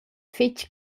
fetg